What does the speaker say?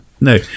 no